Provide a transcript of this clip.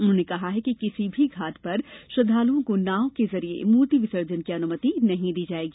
उन्होंने कहा कि किसी भी घाट पर श्रद्वालुओं को नाव के जरिए मूर्ति विसर्जन की अनुमति नहीं दी जाएगी